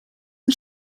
and